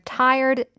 tired